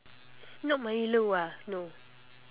not milo ah no